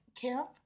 camp